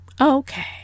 Okay